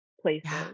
places